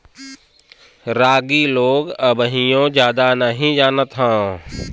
रागी लोग अबहिओ जादा नही जानत हौ